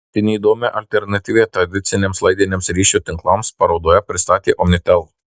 itin įdomią alternatyvą tradiciniams laidiniams ryšio tinklams parodoje pristatė omnitel